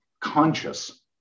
conscious